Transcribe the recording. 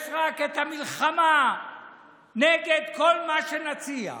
יש רק המלחמה נגד כל מה שנציע,